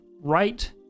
right